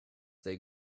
they